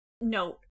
note